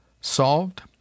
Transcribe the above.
Solved